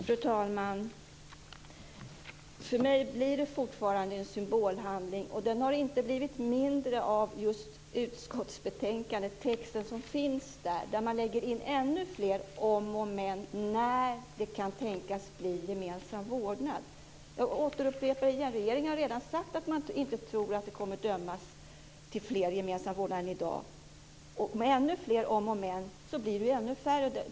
Fru talman! För mig blir det fortfarande en symbolhandling. Den har inte blivit mindre av texten i utskottsbetänkandet, där man lägger in ännu fler om och men för när det kan tänkas bli gemensam vårdnad. Jag upprepar igen att regeringen redan har sagt att man inte tror att fler fall kommer att dömas till gemensam vårdnad än i dag. Med ännu fler om och men blir det färre.